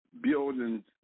buildings